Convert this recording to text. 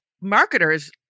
marketers